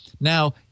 Now